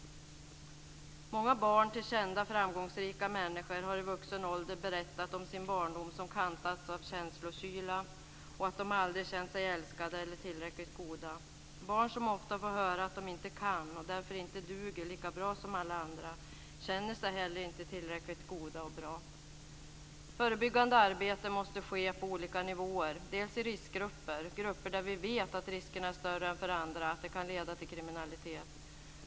Många barn till kända framgångsrika människor har i vuxen ålder berättat om sin barndom som kantats av känslokyla, och att de aldrig känt sig älskade eller tillräckligt goda. Barn som ofta får höra att de inte kan och därför inte duger lika bra som alla andra, känner sig heller inte tillräckligt goda och bra. Förebyggande arbete måste ske på olika nivåer, i riskgrupper, grupper där vi vet att riskerna är större att det leder till kriminalitet.